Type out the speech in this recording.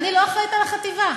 אני לא אחראית לחטיבה.